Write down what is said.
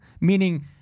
Meaning